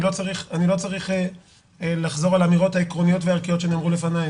אני לא צריך לחזור על האמירות העקרוניות והערכיות שנאמרו לפניי,